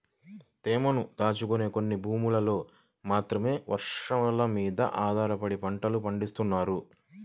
తేమను దాచుకునే కొన్ని భూముల్లో మాత్రమే వర్షాలమీద ఆధారపడి పంటలు పండిత్తన్నారు